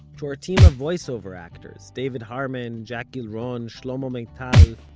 to our team of voice over actors david harman, jack gilron, shlomo maital,